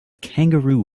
kangaroo